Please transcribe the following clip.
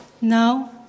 Now